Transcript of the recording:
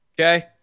Okay